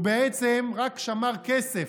הוא בעצם רק שמר כסף,